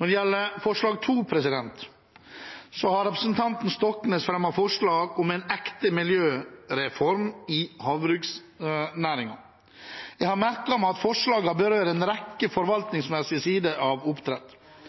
Når det gjelder det andre representantforslaget, har representanten Stoknes fremmet forslag om en ekte miljøreform i havbruksnæringen. Jeg har merket meg at forslaget berører en rekke forvaltningsmessige sider av oppdrett.